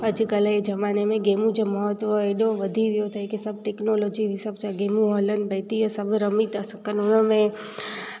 अॼकल्ह जे ज़़माने में गेमूं जो महत्व एॾो वधी वियो अथई की सभु टैक्नॉलोजी हिसाब सां गेमूं हलनि पई थी ईअ सभु रमी था सघनि हुनमें